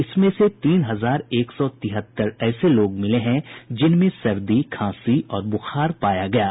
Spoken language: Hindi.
इनमें तीन हजार एक सौ तिहत्तर ऐसे लोग मिले हैं जिनमें सर्दी खांसी और बुखार पाया गया है